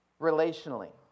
relationally